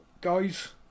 Guys